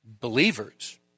believers